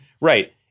Right